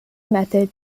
method